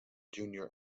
junior